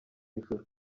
ijuru